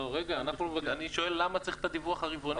אני שואל למה צריך את הדיווח הרבעוני?